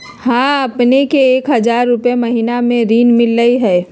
हां अपने के एक हजार रु महीने में ऋण मिलहई?